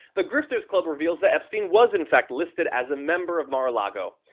the grifters club reveals that epstein was in fact listed as a member of mar-a-lago.